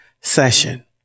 session